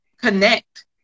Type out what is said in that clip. connect